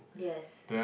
yes